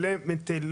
הכניסה.